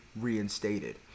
reinstated